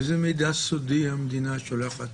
איזה מידע סודי המדינה שולחת